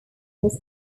was